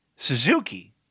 Suzuki